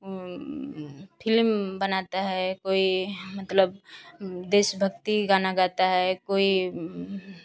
film बनाता है कोई मतलब देशभक्ति गाना गाता है कोई